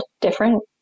Different